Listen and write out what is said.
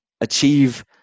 achieve